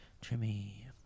Jimmy